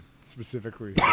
specifically